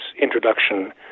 introduction